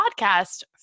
podcast